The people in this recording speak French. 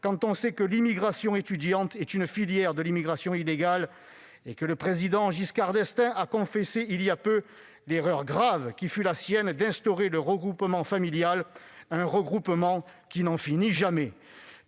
on le sait, l'immigration étudiante est une filière de l'immigration illégale. Le président Giscard d'Estaing avait d'ailleurs confessé l'erreur grave qui fut la sienne d'instaurer le regroupement familial, regroupement qui n'en finit jamais.